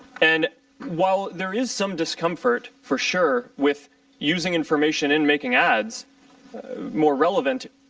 and while there is some discomfort, for sure, with using information and making ads more relevant,